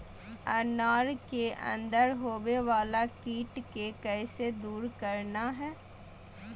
अनार के अंदर होवे वाला कीट के कैसे दूर करना है?